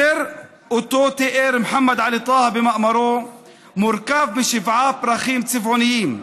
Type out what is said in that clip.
הזר שתיאר מוחמד עלי טאהא במאמרו מורכב משבעה פרחים צבעוניים.